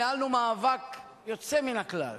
ניהלנו מאבק יוצא מן הכלל,